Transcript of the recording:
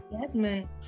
Jasmine